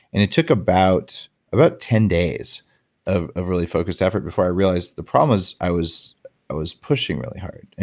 and it took about about ten days of of really focused effort before i realized the problem was, i was i was pushing really hard.